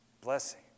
blessing